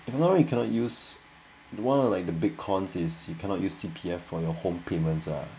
if you know you cannot use one of like the big cons is you cannot use C_P_F for your home payments ah